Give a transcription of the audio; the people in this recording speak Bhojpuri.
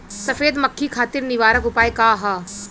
सफेद मक्खी खातिर निवारक उपाय का ह?